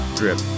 drip